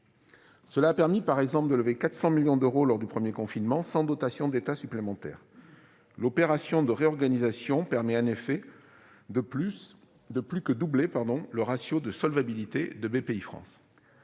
a permis, par exemple, de lever 400 millions d'euros lors du premier confinement, sans dotation de l'État supplémentaire, l'opération de réorganisation faisant plus que doubler le ratio de solvabilité de Bpifrance.